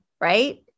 right